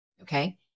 Okay